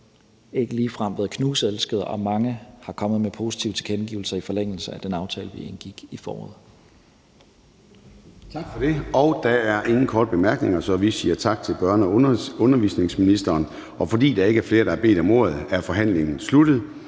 ikke ligefrem har været knuselsket, og mange er kommet med positive tilkendegivelser i forlængelse af den aftale, vi indgik i foråret. Kl. 14:12 Formanden (Søren Gade): Tak for det. Der er ingen korte bemærkninger, så vi siger tak til børne- og undervisningsministeren. Da der ikke er flere, der har bedt om ordet, er forhandlingen sluttet.